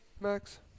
Max